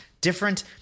different